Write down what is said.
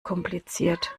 kompliziert